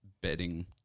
bedding